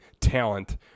talent